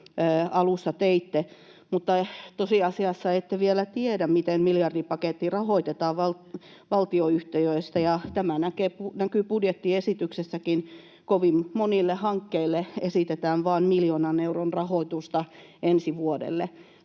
alussa teitte, mutta tosiasiassa ette vielä tiedä, miten miljardipaketti rahoitetaan valtionyhtiöistä, ja tämä näkyy budjettiesityksessäkin: kovin monille hankkeille esitetään vain miljoonan euron rahoitusta ensi vuodelle.